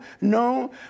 no